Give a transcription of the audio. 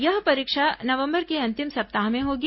यह परीक्षा नवंबर के अंतिम सप्ताह में होगी